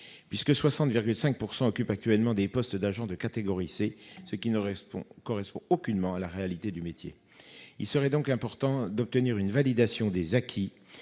puisque 60,5% occupent actuellement des postes d'agents de catégorie C ce qui ne respond correspond aucunement à la réalité du métier. Il serait donc important d'obtenir une validation des acquis